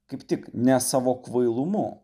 kaip tik ne savo kvailumu